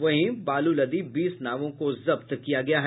वहीं बालू लदी बीस नावों को भी जब्त किया गया है